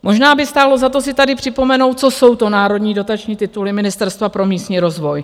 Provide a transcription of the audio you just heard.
Možná by stálo za to si tady připomenout, co jsou to národní dotační tituly Ministerstva pro místní rozvoj.